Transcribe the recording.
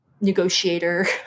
negotiator